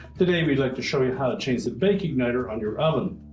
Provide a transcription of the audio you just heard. today we'd like to show you how to change the bank igniter on your oven.